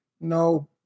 no